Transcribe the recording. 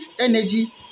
energy